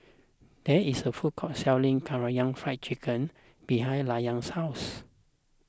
there is a food court selling Karaage Fried Chicken behind Layne's house